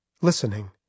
listening